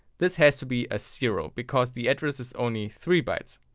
this has to be a so zero, because the address is only three bytes.